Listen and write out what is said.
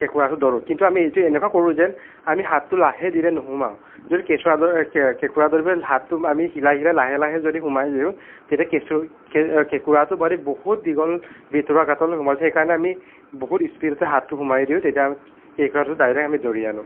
কেঁকোৰাটো ধৰোঁ কিন্তু আমি এইটো এনেকুৱা কৰো যেন আমি হাতটো লাহে ধীৰে নুসুমাওঁ যদি কেঁকোৰা ধৰিবলৈ হাতটো আমি হিলাই হিলাই লাহে লাহে যদি সোমাই দিওঁ তেতিয়া কেঁচু কেঁকোৰাটো মানে বহুত দীঘল ভিতৰৰ গাঁতলৈ সোমাই যায় সেইকাৰণে আমি বহুত স্পীডতে হাতটো সোমাই দিওঁ তেতিয়া কেঁকোৰাটো ডাইৰেক আমি ধৰি আনো